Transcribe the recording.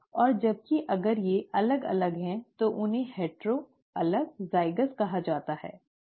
और जबकि अगर वे अलग अलग हैं तो उन्हें हेटॅरॅ अलगज़ाइगस कहा जाता हैठीक